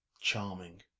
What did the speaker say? Charming